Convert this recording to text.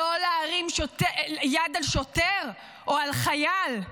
לא להרים יד על שוטר או על חייל.